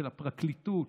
של הפרקליטות,